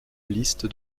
liste